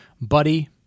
Buddy